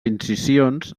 incisions